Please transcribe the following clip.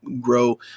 grow